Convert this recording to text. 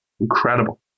Incredible